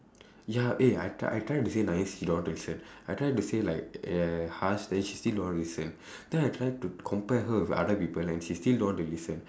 ya eh I try I try to say nice she don't want to listen I try to say like uh harsh then she still don't want to listen then I try to compare her with other people and she still don't want to listen